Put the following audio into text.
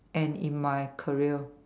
and in my career